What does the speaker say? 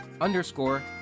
underscore